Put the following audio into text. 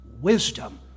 wisdom